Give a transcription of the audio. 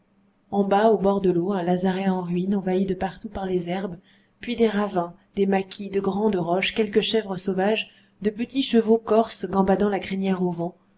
en bas au bord de l'eau un lazaret en ruine envahi de partout par les herbes puis des ravins des maquis de grandes roches quelques chèvres sauvages de petits chevaux corses gambadant la crinière au vent